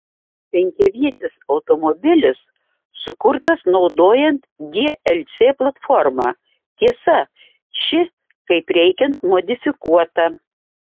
penkiavietis automobilis sukurtas naudojant glc platformą tiesa ši kaip reikiant modifikuota